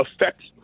affects